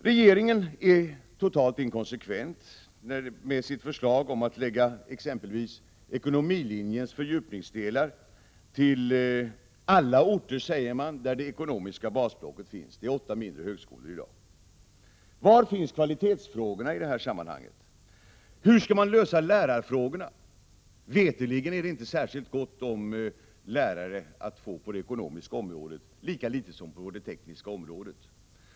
Regeringen är totalt inkonsekvent i sitt förslag om att förlägga exempelvis ekonomlinjens fördjupningsdelar till alla orter där det ekonomiska basblocket finns — det är åtta mindre högskolor i dag. Var finns kvalitetsfrågorna i detta sammanhang? Hur skall man lösa lärarfrågorna? Mig veterligt är det inte särskilt gott om lärare på det ekonomiska området, lika litet som på det tekniska området.